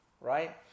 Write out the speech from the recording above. right